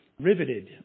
riveted